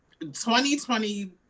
2020